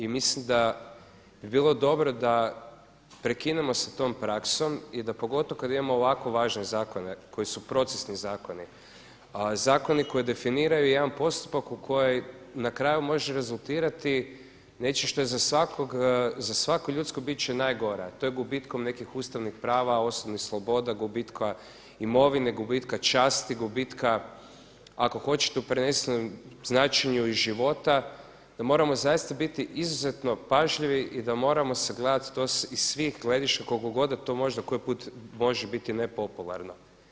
I mislim da bi bilo dobro da prekinemo sa tom praksom i da pogotovo kada imamo ovako važne zakone koji su procesni zakoni, zakoni koji definiraju jedan postupak u kojem na kraju može rezultirati nečim što je za svako ljudsko biće najgore, a to je gubitkom nekih ustavnih prava, osobnih sloboda, gubitka imovine, gubitka časti, gubitka ako hoćete u prenesenom značenju i života, da moramo zaista biti izuzetno pažljivi i da moramo sagledati to iz svih gledišta koliko god da možda to koji put može biti nepopularno.